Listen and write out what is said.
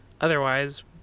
Otherwise